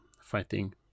fighting